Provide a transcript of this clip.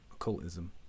occultism